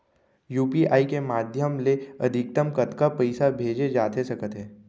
UPI के माधयम ले अधिकतम कतका पइसा भेजे जाथे सकत हे?